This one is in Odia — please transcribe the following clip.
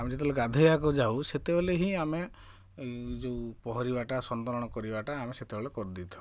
ଆମେ ଯେତେବେଳେ ଗାଧୋଇବାକୁ ଯାଉ ସେତେବେଳେ ହିଁ ଆମେ ଯୋଉ ପହଁରିବାଟା ସନ୍ତରଣ କରିବାଟା ଆମେ ସେତେବେଳେ କରିଦେଇଥାଉ